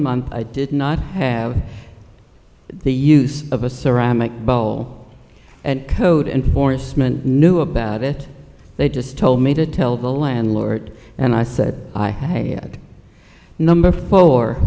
month i did not have the use of a ceramic bowl and code enforcement knew about it they just told me to tell the landlord and i said i had number